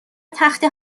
تخته